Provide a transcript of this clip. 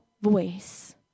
voice